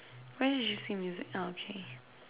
where did you see music oh okay